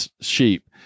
sheep